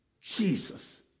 Jesus